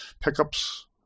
pickups